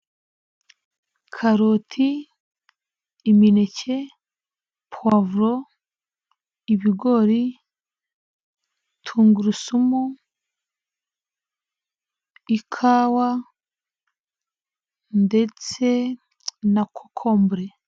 Karoti imineke, puwavuro, ibigori, tungurusumu, ikawa ndetse na kokombure.